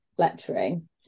lecturing